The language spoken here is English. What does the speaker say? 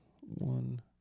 One